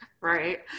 Right